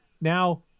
now